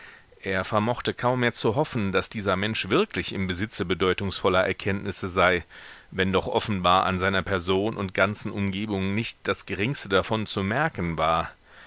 er vermochte kaum mehr zu hoffen daß dieser mensch wirklich im besitze bedeutungsvoller erkenntnisse sei wenn doch offenbar an seiner person und ganzen umgebung nicht das geringste davon zu merken war